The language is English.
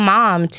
mom